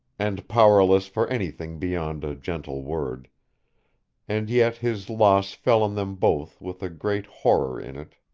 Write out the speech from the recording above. and powerless for anything beyond a gentle word and yet his loss fell on them both with a great horror in it